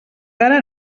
ara